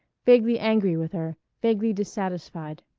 vaguely angry with her, vaguely dissatisfied.